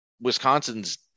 Wisconsin's